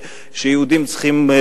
החלטה ברוח זו תוגש לישיבת הממשלה